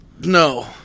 No